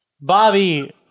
Bobby